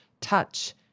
touch